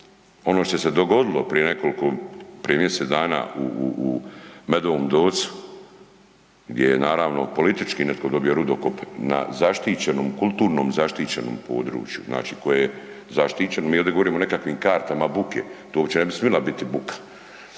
ono što se je dogodilo prije nekoliko, prije mjesec dana u, u, u Medovom Docu, gdje je naravno politički netko dobio rudokop na zaštićenom, kulturnom zaštićenom području, znači koje je zaštićeno. Mi ovdje govorimo o nekakvim kartama buke, tu uopće ne bi smila biti buka,